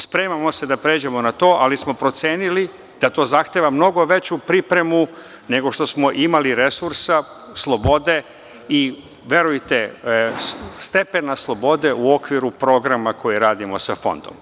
Spremamo se da pređemo na to, ali smo procenili da to zahteva mnogo veću pripremu nego što smo imali resursa, slobode i, verujte, stepena slobode u okviru programa koji radimo sa fondom.